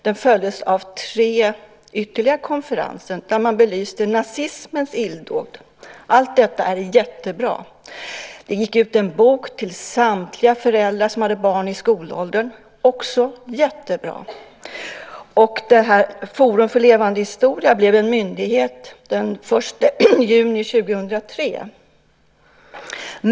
Den följdes av tre ytterligare konferenser där man belyste nazismens illdåd. Allt detta är jättebra. Det gick ut en bok till samtliga föräldrar som hade barn i skolåldern - också jättebra. Forum för levande historia blev en myndighet den 1 juni 2003.